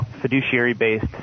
fiduciary-based